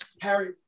Harry